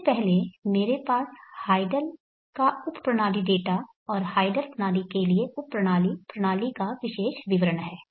सबसे पहले मेरे पास हाइडल का उप प्रणाली डेटा और हाइडल प्रणाली के लिए उप प्रणाली प्रणाली का विशेष विवरण हैं